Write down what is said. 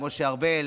משה ארבל